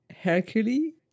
Hercules